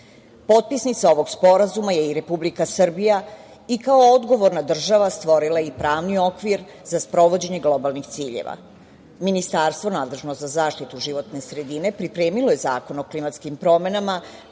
Potpisnica ovog sporazuma je i Republike Srbija i kao odgovorna država stvorila je i pravni okvir za sprovođenje globalnih ciljeva. Ministarstvo nadležno za zaštitu životne sredine pripremilo je Zakon o klimatskim promenama